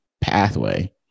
pathway